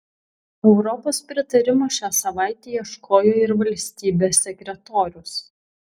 europos pritarimo šią savaitę ieškojo ir valstybės sekretorius